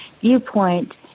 viewpoint